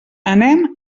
anem